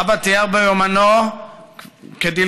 אבא תיאר ביומנו כדלקמן: